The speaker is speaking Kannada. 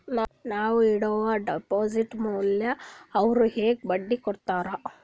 ನಾ ಇಡುವ ಡೆಪಾಜಿಟ್ ಮ್ಯಾಲ ಅವ್ರು ಹೆಂಗ ಬಡ್ಡಿ ಕೊಡುತ್ತಾರ?